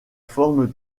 forme